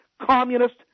communist